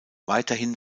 weiterhin